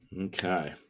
okay